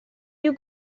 you